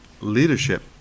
leadership